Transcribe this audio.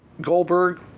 Goldberg